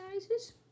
sizes